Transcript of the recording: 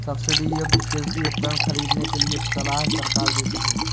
subsidy युक्त कृषि उपकरण खरीदने के लिए सलाह सरकार देती है